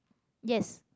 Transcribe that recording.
yes